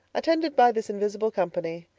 attended by this invisible company,